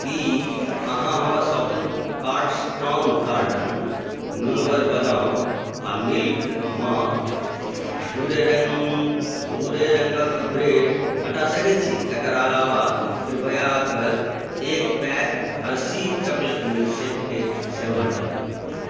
की अहाँ हमर शॉपिंग कार्टसँ टौंग गार्डन नूनगर बदाम आ मिल्क मऽ भूरे रङ्ग भूरे रङ्गक ब्रेड हटा सकैत छी एकर अलावा कृपया कए एक पैक हर्शीज़ चॉकलेट मिल्क शेककेँ सेहो हटा दिअ